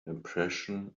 impression